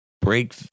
break